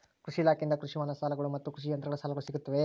ಕೃಷಿ ಇಲಾಖೆಯಿಂದ ಕೃಷಿ ವಾಹನ ಸಾಲಗಳು ಮತ್ತು ಕೃಷಿ ಯಂತ್ರಗಳ ಸಾಲಗಳು ಸಿಗುತ್ತವೆಯೆ?